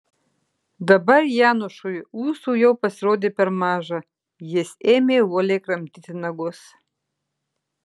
dabar janošui ūsų jau pasirodė per maža jis ėmė uoliai kramtyti nagus